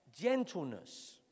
Gentleness